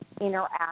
interact